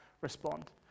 respond